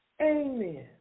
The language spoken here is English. Amen